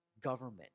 government